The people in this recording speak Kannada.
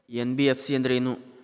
ಎನ್.ಬಿ.ಎಫ್.ಸಿ ಅಂದ್ರೇನು?